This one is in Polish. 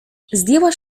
zdjęła